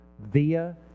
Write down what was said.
via